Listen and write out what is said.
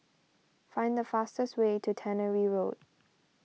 find the fastest way to Tannery Road